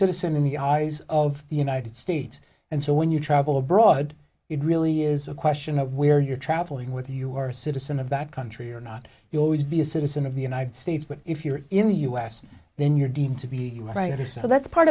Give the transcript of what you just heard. citizen in the eyes of the united states and so when you travel abroad it really is a question of where you're traveling with you are a citizen of that country or not you always be a citizen of the united states but if you're in the u s then you're deemed to be a writer so that's part